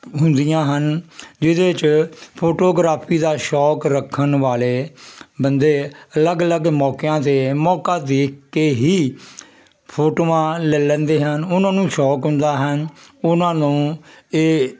ਹੁੰਦੀਆਂ ਹਨ ਜਿਹਦੇ 'ਚ ਫੋਟੋਗਰਾਫੀ ਦਾ ਸ਼ੌਕ ਰੱਖਣ ਵਾਲੇ ਬੰਦੇ ਅਲੱਗ ਅਲੱਗ ਮੌਕਿਆਂ ਦੇ ਮੌਕਾ ਦੇਖ ਕੇ ਹੀ ਫੋਟੋਆਂ ਲੈ ਲੈਂਦੇ ਹਨ ਉਹਨਾਂ ਨੂੰ ਸ਼ੌਕ ਹੁੰਦਾ ਹਨ ਉਹਨਾਂ ਨੂੰ ਇਹ